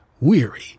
weary